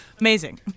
Amazing